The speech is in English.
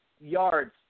yards